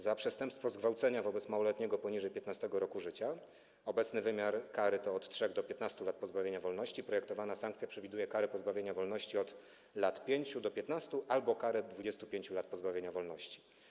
Za przestępstwo zgwałcenia wobec małoletniego poniżej 15. roku życia - obecny wymiar kary to od 3 do 15 lat pozbawienia wolności - projektowana zmiana przewiduje karę pozbawienia wolności od lat 5 do 15 albo karę 25 lat pozbawienia wolności.